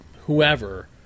whoever